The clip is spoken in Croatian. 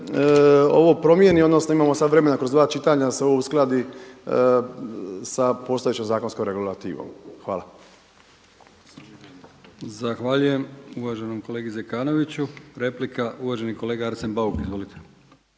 ovo promijeni odnosno imamo sad vremena kroz dva čitanja da se ovo uskladi sa postojećom zakonskom regulativom. Hvala. **Brkić, Milijan (HDZ)** Zahvaljujem uvaženom kolegi Zekanoviću. Replika uvaženi kolega Arsen Bauk. Izvolite.